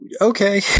Okay